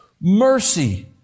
mercy